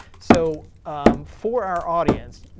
so for our audience,